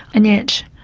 and yet,